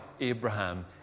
Abraham